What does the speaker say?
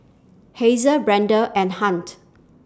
Hazel Brenda and Hunt